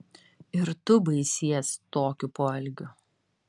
ir tu baisies tokiu poelgiu